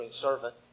servant